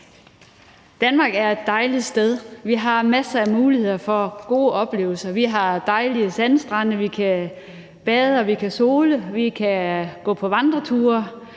Danmark er et dejligt sted. Vi har masser af muligheder for gode oplevelser. Vi har dejlige sandstrande, vi kan bade, vi kan sole os, vi kan gå på vandreture